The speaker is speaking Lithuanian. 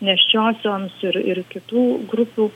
nėščiosioms ir ir kitų grupių